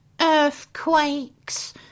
earthquakes